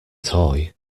toy